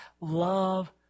love